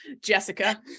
jessica